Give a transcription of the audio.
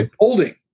holding